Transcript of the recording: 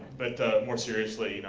but more seriously, you know